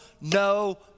no